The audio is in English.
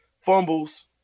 fumbles